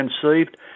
conceived